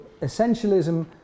essentialism